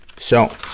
so,